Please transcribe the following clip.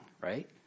right